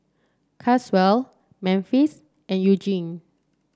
Caswell Memphis and Eugene